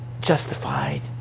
justified